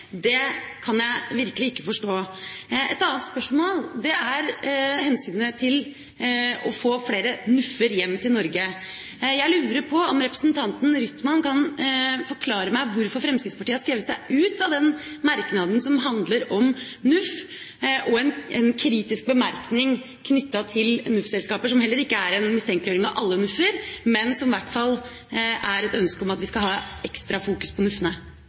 forferdelig, kan jeg virkelig ikke forstå. Et annet spørsmål er hensynet til å få flere NUF-er hjem til Norge. Jeg lurer på om representanten Rytman kan forklare meg hvorfor Fremskrittspartiet har skrevet seg ut av den merknaden som handler om NUF, en kritisk bemerkning knyttet til NUF-selskaper, som heller ikke er en mistenkeliggjøring av alle NUF-er, men som i hvert fall er et ønske om at vi skal ha ekstra fokus på